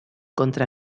contra